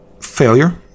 failure